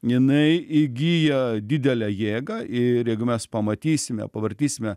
jinai įgyja didelę jėgą ir jeigu mes pamatysime pavartysime